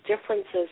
differences